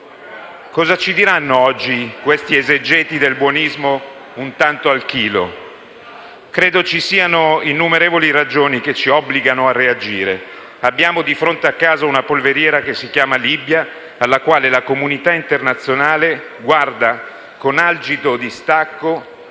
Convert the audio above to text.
Cosa ci diranno oggi questi esegeti del buonismo un tanto al chilo? Credo ci siano innumerevoli ragioni che ci obbligano a reagire. Abbiamo di fronte a casa una polveriera che si chiama Libia, alla quale la comunità internazionale guarda con algido distacco,